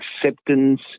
acceptance